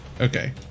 okay